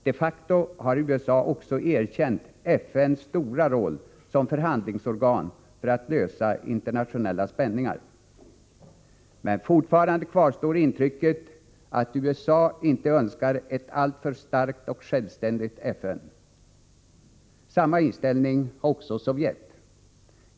De facto har USA också erkänt FN:s stora roll som förhandlingsorgan för att lösa internationella spänningar. Men fortfarande kvarstår intrycket att USA inte önskar ett alltför starkt och självständigt FN. Samma inställning har också Sovjet.